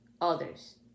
others